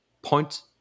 point